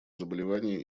заболевания